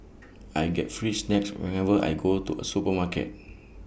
I get free snacks whenever I go to A supermarket